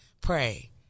Pray